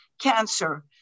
cancer